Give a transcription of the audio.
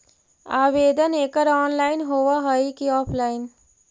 आवेदन एकड़ ऑनलाइन होव हइ की ऑफलाइन?